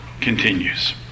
continues